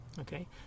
okay